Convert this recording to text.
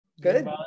good